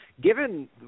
Given